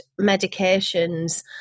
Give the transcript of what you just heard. medications